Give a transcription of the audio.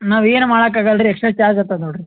ನಾವು ಏನು ಮಾಡೋಕ್ ಆಗಲ್ಲ ರೀ ಎಕ್ಸ್ಟ್ರಾ ಚಾರ್ಜ್ ಆಗ್ತದೆ ನೋಡಿರಿ